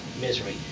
misery